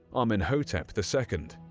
amenhotep the second.